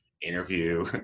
interview